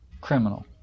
criminal